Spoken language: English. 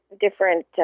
different